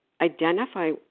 identify